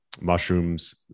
mushrooms